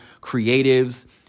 creatives